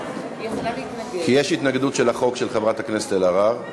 לחוק של חברת הכנסת אלהרר.